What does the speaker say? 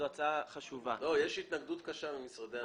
יש התנגדות קשה ממשרדי הממשלה.